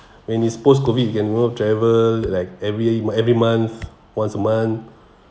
when it's post COVID you can world travel like every every month once a month